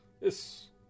Yes